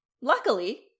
Luckily